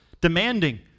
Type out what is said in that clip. demanding